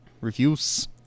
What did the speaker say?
reviews